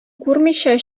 күрмичә